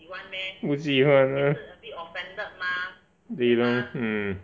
不喜欢 lah 对 loh hmm